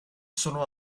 sono